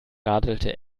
radelte